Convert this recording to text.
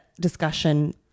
discussion